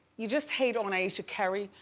you just hate on ayesha curry.